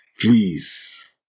Please